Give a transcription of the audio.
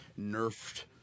nerfed